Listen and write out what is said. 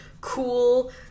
cool